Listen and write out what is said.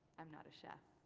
i'm not a chef.